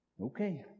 okay